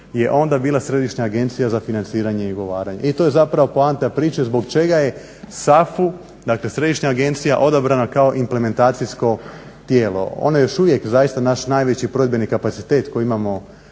je onda bila Središnja agencija za financiranje i ugovaranje. I to je zapravo poanta priče zbog čega je SAFU, dakle Središnja agencija odabrana kao implementacijsko tijelo. Ono je još uvijek zaista naš najveći provedbeni kapacitet koji imamo